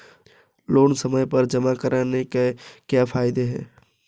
Loan समय पर जमा कराने के क्या फायदे हैं?